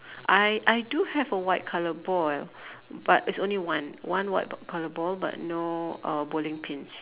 I I do have a white color ball but it's only one one white color ball but no uh bowling Pins